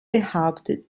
behauptet